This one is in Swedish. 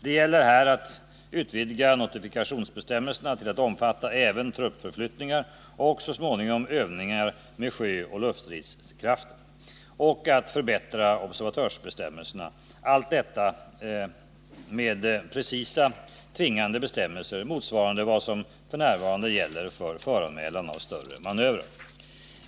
Det gäller här att utvidga notifikationsbestämmelserna till att omfatta även truppförflyttningar och, så småningom, övningar med sjöoch luftstridskrafter och att förbättra observatörsbestämmelserna, allt detta med precisa, tvingande bestämmelser motsvarande vad som f.n. gäller för föranmälan av större manövrar.